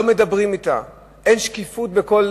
לא מדברים אתה, אין שקיפות בכל